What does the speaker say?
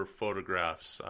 photographs